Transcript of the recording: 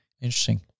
Interesting